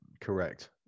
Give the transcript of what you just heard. correct